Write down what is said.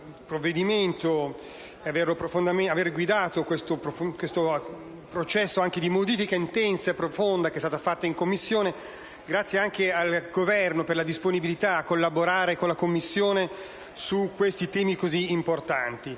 titanica - ed aver guidato il processo di modifica intensa e profonda portato avanti in Commissione, ma anche il Governo per la disponibilità a collaborare con la Commissione su temi così importanti.